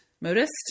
Modest